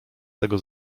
tego